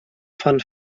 van